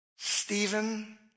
Stephen